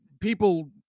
people